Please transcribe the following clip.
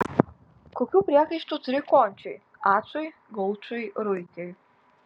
kokių priekaištų turi končiui ačui gaučui ir ruikiui